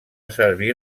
servir